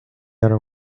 other